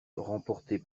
remportée